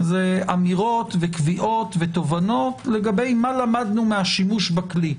אמירות וקביעות ותובנות לגבי מה למדנו מהשימוש בכלי.